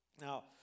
Now